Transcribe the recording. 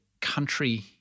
country